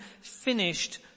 finished